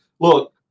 look